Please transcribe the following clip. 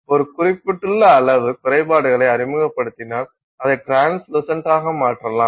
ஒரு குறிப்பிட்ட அளவு குறைபாடுகளை அறிமுகப்படுத்தினால் அதை ட்ரான்ஸ்லுசன்டாக மாற்றலாம்